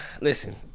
listen